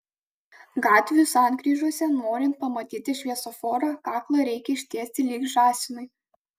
gatvių sankryžose norint pamatyti šviesoforą kaklą reikia ištiesti lyg žąsinui